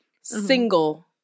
single